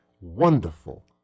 Wonderful